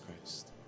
Christ